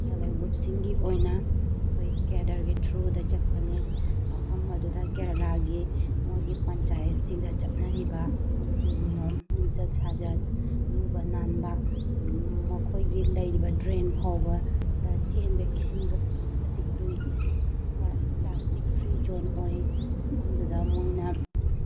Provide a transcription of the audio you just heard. self help ꯒ꯭ꯔꯨꯞꯁꯤꯡꯒꯤ ꯑꯣꯏꯅ ꯑꯩꯈꯣꯏ ꯀꯦꯗꯔꯒꯤ ꯊ꯭ꯔꯨꯗ ꯆꯠꯄꯅꯦ ꯃꯐꯝ ꯑꯗꯨꯗ ꯀꯦꯔꯂꯥꯒꯤ ꯃꯣꯏꯒꯤ ꯄꯟꯆꯥꯌꯦꯠꯁꯤꯡꯗ ꯆꯠꯅꯔꯤꯕ ꯅꯤꯇꯤ ꯅꯤꯌꯣꯝ ꯂꯤꯆꯠ ꯁꯥꯖꯠ ꯂꯨꯕ ꯅꯥꯟꯕ ꯃꯈꯣꯏꯒꯤ ꯂꯩꯔꯤꯕ ꯗ꯭ꯔꯦꯟ ꯐꯥꯎꯕꯗ ꯆꯦꯟꯕ ꯏꯁꯤꯡꯗꯣ ꯑꯗꯨꯛꯀꯤ ꯃꯇꯤꯛ ꯂꯨꯏ ꯄ꯭ꯂꯥꯁꯇꯤꯛ ꯐ꯭ꯔꯤ ꯖꯣꯟ ꯑꯣꯏ ꯃꯐꯝꯗꯨꯗ ꯃꯣꯏꯅ